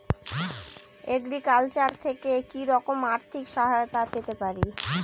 Agriculture থেকে কি রকম আর্থিক সহায়তা পেতে পারি?